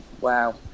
wow